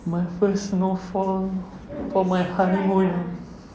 my first snowfall for my honeymoon